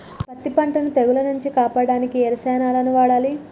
పత్తి పంటని తెగుల నుంచి కాపాడడానికి ఏ రసాయనాలను వాడాలి?